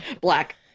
Black